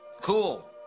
Cool